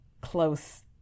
close